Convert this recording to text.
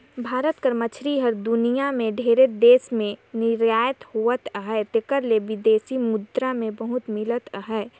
भारत कर मछरी हर दुनियां में ढेरे देस में निरयात होवत अहे जेकर ले बिदेसी मुद्रा बहुत मिलत अहे